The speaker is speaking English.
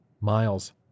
Miles